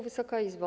Wysoka Izbo!